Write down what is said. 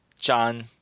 John